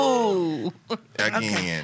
Again